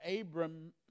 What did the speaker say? Abram